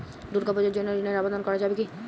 দুর্গাপূজার জন্য ঋণের আবেদন করা যাবে কি?